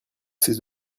ces